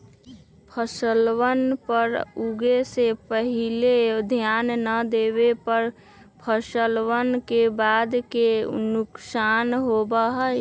फसलवन पर उगे से पहले ध्यान ना देवे पर फसलवन के बाद के नुकसान होबा हई